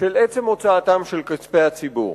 של עצם הוצאתם של כספי הציבור.